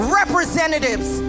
representatives